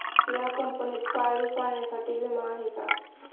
या कंपनीत पाळीव प्राण्यांसाठी विमा आहे का?